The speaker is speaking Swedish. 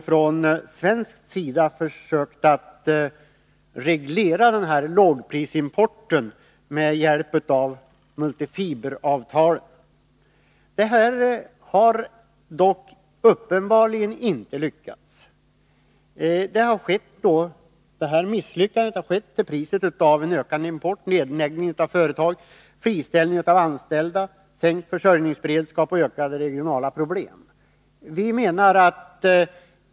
Från svensk sida har vi försökt att reglera denna lågprisimport med hjälp av multifiberavtal — till priset av ökande import, nedläggning av företag, friställning av anställda, sänkt försörjningsberedskap och ökade regionala problem. Således har man uppenbarligen inte lyckats.